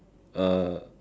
uh